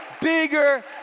Bigger